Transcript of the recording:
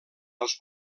als